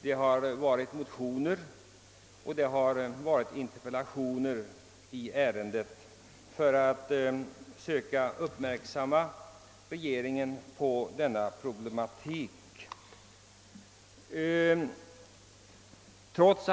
Det har i frågan väckts motioner och framställts interpellationer, vilka sökt uppmärksamgöra regeringen på detta problem.